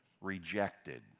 rejected